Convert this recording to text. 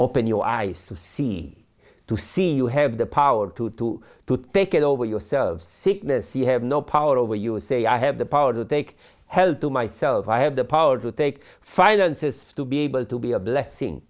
open your eyes to see to see you have the power to do to take it over yourselves sickness you have no power over you say i have the power to take hell to myself i have the power to take finances to be able to be a blessing